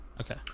Okay